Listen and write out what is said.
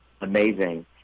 amazing